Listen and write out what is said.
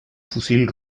fusil